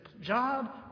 job